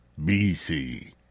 BC